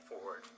forward